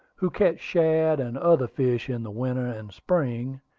who catch shad and other fish in the winter and spring,